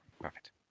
perfect